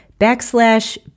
backslash